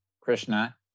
Krishna